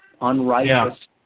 unrighteous